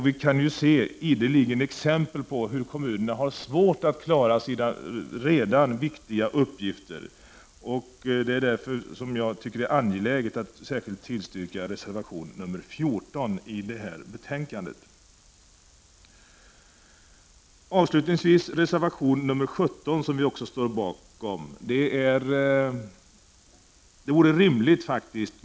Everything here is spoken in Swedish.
Vi kan ju ideligen se exempel på att kommunerna har svårt att klara sina viktiga uppgifter. Det är därför som jag anser det vara angeläget att yrka bifall till reservation 14. Avslutningsvis vill jag nämna något om reservation 17 som även vi moderater står bakom.